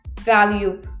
value